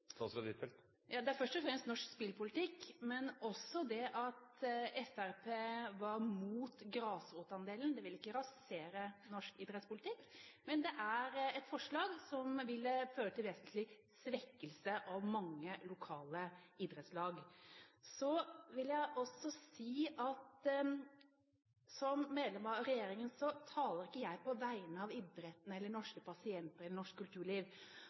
Det er først og fremst norsk spillpolitikk, men også det at Fremskrittspartiet var imot grasrotandelen. Det ville ikke rasere norsk idrettspolitikk, men det er et forslag som ville ført til en vesentlig svekkelse av mange lokale idrettslag. Så vil jeg også si at som medlem av regjeringen taler ikke jeg på vegne av idretten eller norske pasienter eller norsk kulturliv.